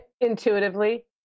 Intuitively